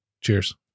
Cheers